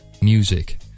music